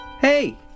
Hey